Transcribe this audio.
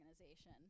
organization